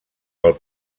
pel